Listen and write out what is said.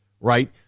Right